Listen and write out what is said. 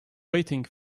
waiting